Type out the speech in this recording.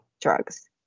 drugs